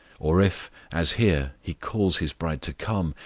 or if, as here, he calls his bride to come,